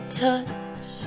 touch